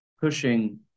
pushing